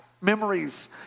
memories